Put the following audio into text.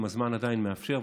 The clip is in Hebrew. אם הזמן עדיין מאפשר,